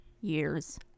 years